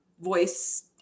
voice